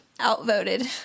Outvoted